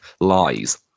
lies